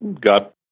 got